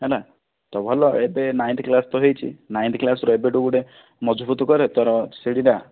ହେଲା ତ ଭଲ ଏବେ ନାଇନଥ୍ କ୍ଲାସ ତ ହେଇଛି ନାଇନଥ୍ କ୍ଲାସ ରୁ ଏବେଠୁ ଗୋଟେ ମଜବୁତ କର ତୋର ଶିଢ଼ୀଟା